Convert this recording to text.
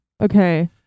Okay